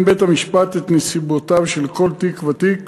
בית-המשפט את נסיבותיו של כל תיק ותיק